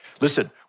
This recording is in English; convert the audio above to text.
Listen